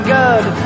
good